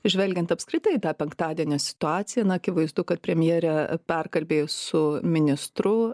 žvelgiant apskritai tą penktadienio situaciją na akivaizdu kad premjerę perkalbėjęs su ministru